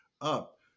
up